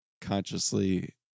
consciously